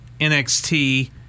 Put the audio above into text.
NXT